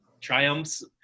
triumphs